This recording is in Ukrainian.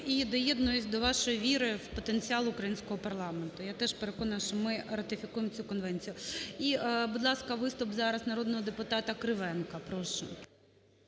І доєднуюсь до вашої віри в потенціал українського парламенту. Я теж переконана, що ми ратифікуємо цю конвенцію. І будь ласка, виступ зараз народного депутата Кривенка, прошу.